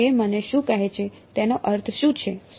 તો તે મને શું કહે છે તેનો અર્થ શું છે